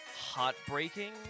heartbreaking